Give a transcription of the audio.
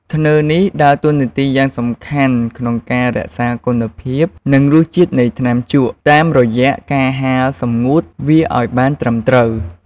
ធ្នើរនេះដើរតួនាទីយ៉ាងសំខាន់ក្នុងការរក្សាគុណភាព និងរសជាតិនៃថ្នាំជក់ តាមរយៈការហាលសម្ងួតវាអោយបានត្រឹមត្រូវ។